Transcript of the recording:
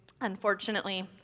unfortunately